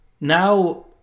Now